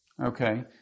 Okay